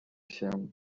się